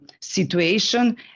situation